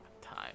time